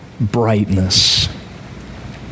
brightness